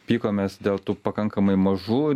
pykomės dėl tų pakankamai mažu